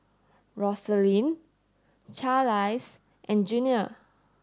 Roselyn Charlize and Junior